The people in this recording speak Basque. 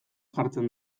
jartzen